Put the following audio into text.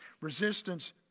resistance